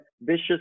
vicious